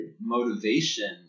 motivation